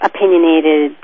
Opinionated